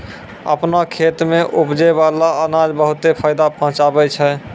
आपनो खेत सें उपजै बाला अनाज बहुते फायदा पहुँचावै छै